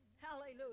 Hallelujah